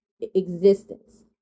existence